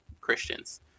Christians